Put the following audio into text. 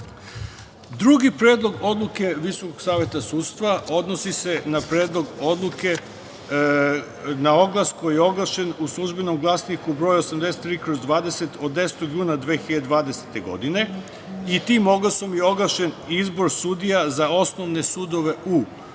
Predlog odluke VSS odnosi se na Predlog odluke na oglas koji je oglašen u „Službenom glasniku“ broj 83/20 od 10. juna 2020. godine i tim oglasom je oglašen izbor sudija za osnovne sudove u